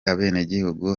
abenegihugu